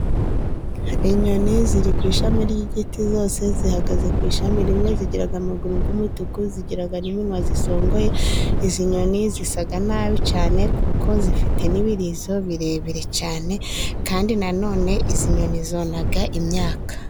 Inyoni ziri ku ishami ry'igiti zose, zihagaze ku ishami rimwe, zigira amaguru y'umutuku, zigira n'iminwa zisongoye, izi nyoni zisa nabi cyane, kuko zifite n'ibiririzo birebire cyane, kandi nanone izi nyoni zona imyaka.